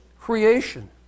Creation